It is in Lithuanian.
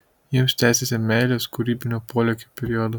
jums tęsiasi meilės kūrybinio polėkio periodas